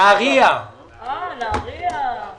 אני אהיה אתך בקשר אבל אני רוצה לומר לך שהיה לנו